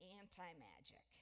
anti-magic